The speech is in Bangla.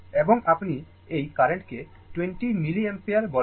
এবং আপনি এই কারেন্টকে 20 মিলিঅ্যাম্পিয়ার বলেন